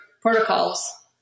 protocols